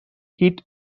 hit